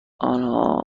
آنها